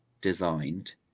designed